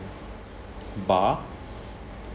bar